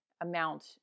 amount